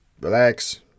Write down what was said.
relax